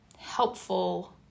helpful